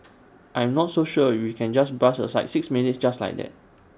I'm not so sure we can just brush aside six minutes just like that